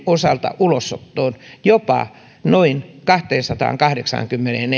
osalta ulosottoon jopa noin kahteensataankahdeksaankymmeneen